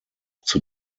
zur